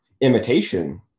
imitation